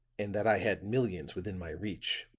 and that i had millions within my reach.